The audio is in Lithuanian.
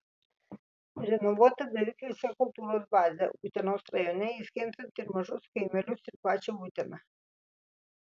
renovuota beveik visa kultūros bazė utenos rajone įskaitant ir mažus kaimelius ir pačią uteną